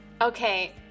Okay